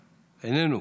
איננו,